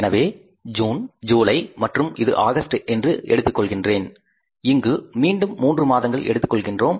எனவே இங்கு June July மற்றும் இது ஆகஸ்ட் என்று எடுத்துக் கொள்கின்றேன் இங்கு மீண்டும் மூன்று மாதங்கள் எடுத்துக் கொள்கின்றோம்